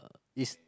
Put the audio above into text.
is